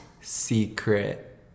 Secret